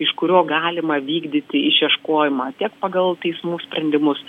iš kurio galima vykdyti išieškojimą tiek pagal teismų sprendimus